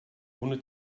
ohne